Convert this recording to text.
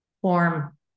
form